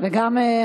וגם אני.